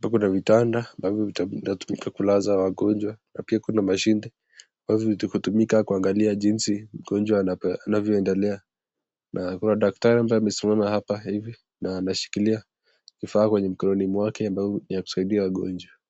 hapa kuna vitanda ambavyo vinatumika kulaza wagonjwa na pia kuna mashine ambavyo vinatumika kuangalia jinsi mgonjwa anavyo endelea na kuna daktari mmoja amesimama hapa hivi na ameshikilia vifaa kwenye mkononi mwake ambavyo ni vya kusaidia wagonjwa